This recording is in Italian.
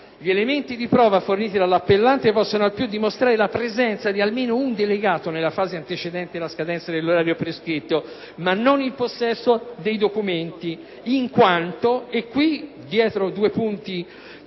gli elementi di prova forniti dall'appellante possono al più dimostrare la presenza di almeno un delegato nella fase antecedente la scadenza dell'orario prescritto, ma non il possesso dei documenti. Segue un elenco sterminato